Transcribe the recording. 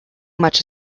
much